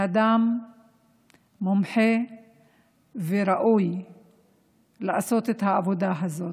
אדם מומחה וראוי לעשות את העבודה הזאת,